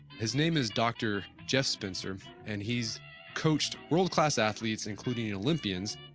his name is dr. jeff spencer and he's coached world class athletes, including olympians,